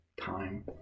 time